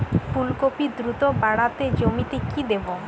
ফুলকপি দ্রুত বাড়াতে জমিতে কি দেবো?